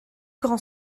grand